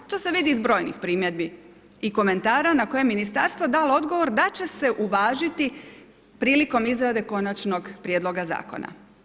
To se vidi iz brojnih primjedbi i komentara na koje je ministarstvo dalo odgovor, da će se uvažiti prilikom izrade Konačnog prijedloga zakona.